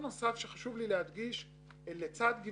בתחילת המצגת אני אציין שתפקיד